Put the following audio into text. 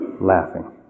laughing